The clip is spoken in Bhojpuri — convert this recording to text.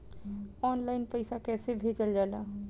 ऑनलाइन पैसा कैसे भेजल जाला?